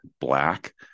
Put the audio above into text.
black